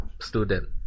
student